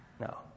No